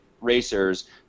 racers